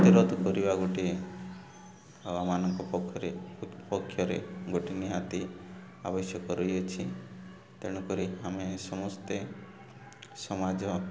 ପ୍ରତିରୋଧ କରିବା ଗୋଟିଏ ଆଉମାନଙ୍କ ପକ୍ଷରେ ପକ୍ଷରେ ଗୋଟିଏ ନିହାତି ଆବଶ୍ୟକ ରହିଅଛି ତେଣୁ କରି ଆମେ ସମସ୍ତେ ସମାଜ